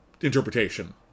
interpretation